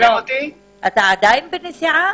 אתה עדיין בנסיעה?